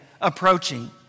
approaching